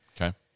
Okay